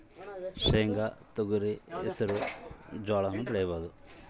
ಕೆಂಪು ಮಣ್ಣಲ್ಲಿ ಯಾವ ಧಾನ್ಯಗಳನ್ನು ಬೆಳೆಯಬಹುದು?